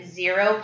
zero